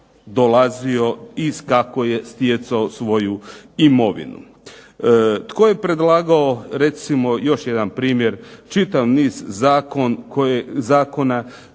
dolazio i kako je stjecao svoju imovinu. Tko je predlagao recimo još jedan primjer, čitav niz zakona